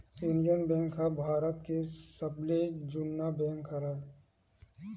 Indian bank ह भारत के सबले जुन्ना बेंक हरय